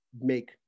make